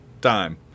time